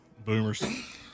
Boomers